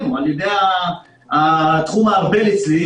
על ידי תחום הארב"ל אצלי,